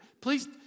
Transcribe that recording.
Please